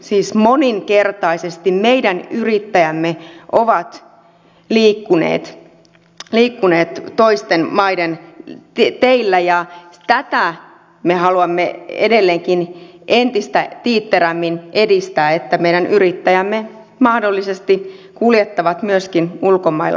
siis moninkertaisesti meidän yrittäjämme ovat liikkuneet toisten maiden teillä ja tätä me haluamme edelleenkin entistä tiitterämmin edistää että meidän yrittäjämme mahdollisesti kuljettavat myöskin ulkomailla tavaroita